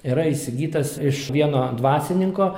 yra įsigytas iš vieno dvasininko